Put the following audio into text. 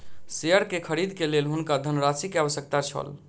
share के खरीद के लेल हुनका धनराशि के आवश्यकता छल